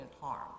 harm